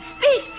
speak